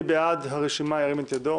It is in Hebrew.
מי בעד הרשימה ירים את ידו?